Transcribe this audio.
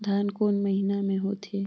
धान कोन महीना मे होथे?